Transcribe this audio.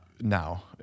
now